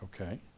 Okay